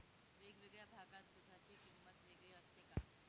वेगवेगळ्या भागात दूधाची किंमत वेगळी असते का?